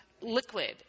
liquid